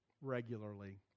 regularly